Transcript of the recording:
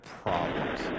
problems